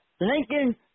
Lincoln